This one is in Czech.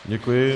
Děkuji.